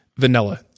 vanilla